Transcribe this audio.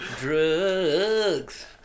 drugs